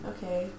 Okay